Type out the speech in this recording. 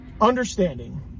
understanding